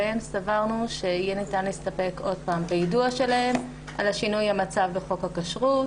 סברנו שיהיה ניתן להסתפק עוד פעם ביידוע שלהם על שינוי המצב בחוק הכשרות